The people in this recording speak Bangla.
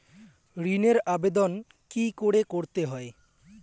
ঋণের আবেদন কি করে করতে হয়?